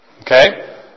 Okay